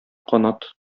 канат